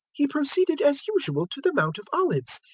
he proceeded as usual to the mount of olives,